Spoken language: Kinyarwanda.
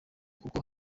kuko